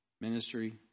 ministry